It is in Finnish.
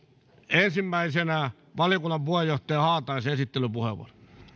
ensimmäisenä valiokunnan puheenjohtaja haataisen esittelypuheenvuoro